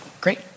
Great